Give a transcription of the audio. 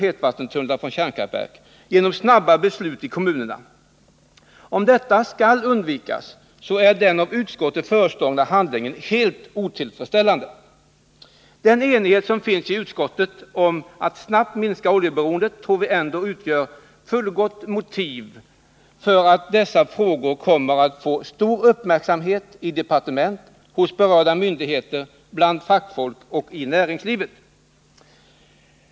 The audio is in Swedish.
hetvattentunnlar från kärnkraftverk — ”genom snabba beslut i kommunerna.” Om detta skall undvikas är den av utskottet föreslagna handläggningen helt otillfredsställande. Den enighet som finns i utskottet om att snabbt minska oljeberoendet tror vi ändå utgör fullgott motiv för att dessa frågor kommer att få stor uppmärksamhet i departement, hos berörda myndigheter, bland fackfolk och i näringslivet.